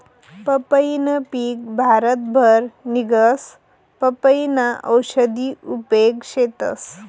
पंपईनं पिक भारतभर निंघस, पपयीना औषधी उपेग शेतस